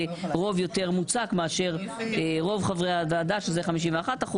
רוב יותר מוצק מאשר רוב חברי הוועדה שזה 51%,